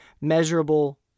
Measurable